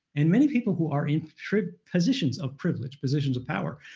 and many people who are in positions of privilege, positions of power,